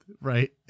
Right